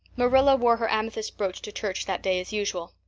marilla wore her amethyst brooch to church that day as usual.